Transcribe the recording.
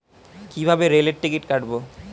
কিভাবে রেলের টিকিট কাটব?